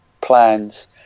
plans